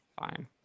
fine